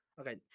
Okay